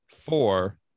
four